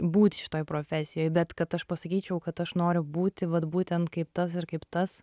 būti šitoj profesijoj bet kad aš pasakyčiau kad aš noriu būti vat būtent kaip tas ar kaip tas